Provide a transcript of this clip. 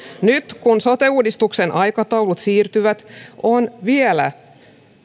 nyt kun sote uudistuksen aikataulut siirtyvät on vielä